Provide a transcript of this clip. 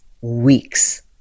weeks